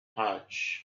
hatch